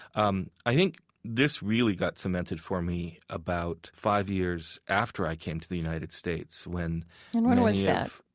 um i think this really got cemented for me about five years after i came to the united states when and when was yeah